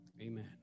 Amen